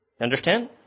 Understand